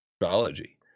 astrology